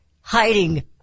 hiding